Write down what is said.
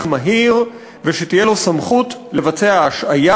מהיר ושתהיה לו סמכות לבצע השעיה.